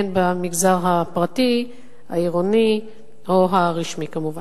במגזר הפרטי, העירוני או הרשמי, כמובן.